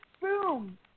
boom